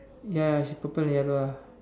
ya she purple and yellow ah